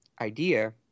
idea